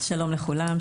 שלום לכולם,